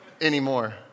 anymore